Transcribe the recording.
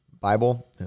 Bible